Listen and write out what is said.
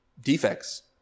defects